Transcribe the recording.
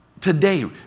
Today